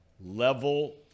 level